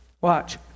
watch